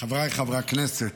חבריי חברי הכנסת,